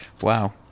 Wow